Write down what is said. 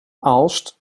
aalst